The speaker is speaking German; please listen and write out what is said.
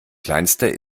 kleinster